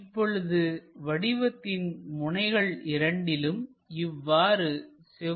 எனவே இப்பொழுது வடிவத்தின் முனைகள் இரண்டிலும் இவ்வாறு செவ்வக பகுதி அமைந்திருக்கும்